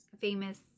famous